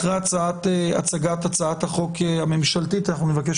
אחרי הצעת החוק הממשלתית אנחנו נבקש